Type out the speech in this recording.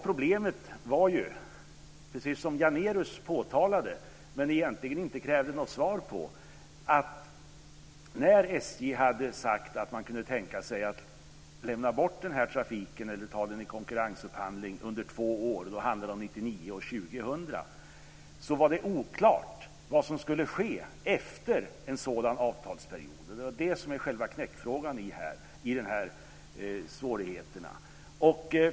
Problemet var ju precis det som Janérus påtalade men egentligen inte krävde något svar på. När SJ hade sagt att man kunde tänka sig att lämna bort den här trafiken eller ta den i konkurrensupphandling under två år - då handlar det om 1999 och 2000 - så var det oklart vad som skulle ske efter en sådan avtalsperiod. Det är det som är själva knäckfrågan när det gäller de här svårigheterna.